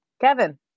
Kevin